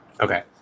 Okay